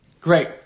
Great